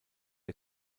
der